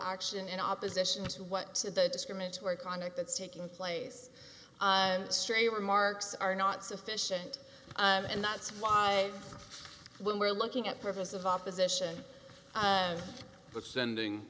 action in opposition to what the discriminatory conduct that's taking place and stray remarks are not sufficient and that's why when we're looking at purpose of opposition but sending